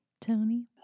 Tony